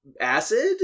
acid